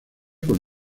con